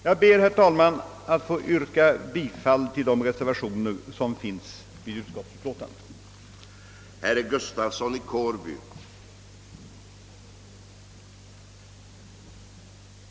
Jag ber, herr talman, att få yrka bifall till de reservationer som fogats till statsutskottets utlåtande nr 163.